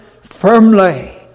firmly